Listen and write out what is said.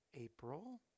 April